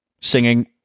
singing